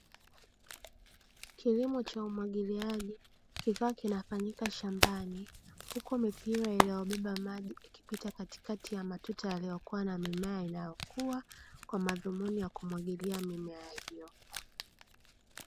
Kilimo cha umwagiliaji kikiwa kinafanyika shambani, huku mipira iliyobeba maji ikipita katikati ya matuta yaliyokuwa na mimea inaokua kwa madhumuni ya kumwagilia mimea hiyo.